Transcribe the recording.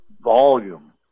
volume